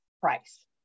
price